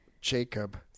Jacob